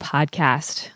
Podcast